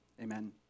amen